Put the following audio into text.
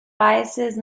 biases